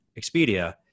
Expedia